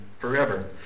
forever